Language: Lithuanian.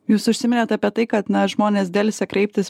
jūs užsiminėt apie tai kad na žmonės delsia kreiptis